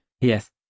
Yes